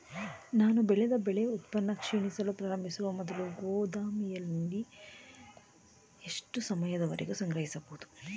ನಾನು ಬೆಳೆದ ಬೆಳೆ ಉತ್ಪನ್ನ ಕ್ಷೀಣಿಸಲು ಪ್ರಾರಂಭಿಸುವ ಮೊದಲು ಗೋದಾಮಿನಲ್ಲಿ ಎಷ್ಟು ಸಮಯದವರೆಗೆ ಸಂಗ್ರಹಿಸಬಹುದು?